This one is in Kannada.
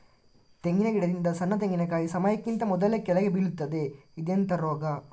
ತೆಂಗಿನ ಗಿಡದಿಂದ ಸಣ್ಣ ತೆಂಗಿನಕಾಯಿ ಸಮಯಕ್ಕಿಂತ ಮೊದಲೇ ಕೆಳಗೆ ಬೀಳುತ್ತದೆ ಇದೆಂತ ರೋಗ?